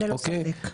ללא ספק.